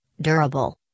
durable